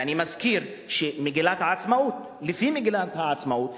ואני מזכיר שמגילת העצמאות לפי מגילת העצמאות,